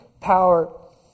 power